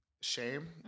shame